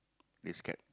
they scared